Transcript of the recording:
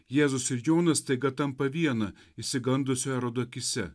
jėzus ir jonas staiga tampa viena išsigandusio erodo akyse